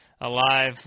alive